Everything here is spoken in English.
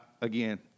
again